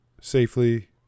safely